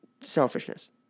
selfishness